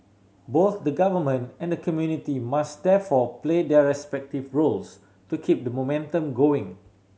both the government and the community must therefore play their respective roles to keep the momentum going